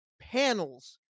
panels